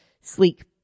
sleek